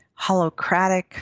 holocratic –